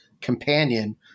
companion